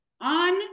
on